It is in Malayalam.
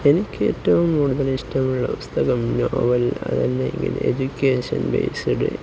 എനിക്ക് ഏറ്റവും കൂടുതൽ ഇഷ്ടമുള്ള പുസ്തകം നോവൽ അതല്ലെങ്കിൽ എഡ്യൂക്കേഷൻ ബേ്സ്ഡ്